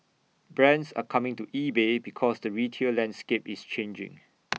brands are coming to eBay because the retail landscape is changing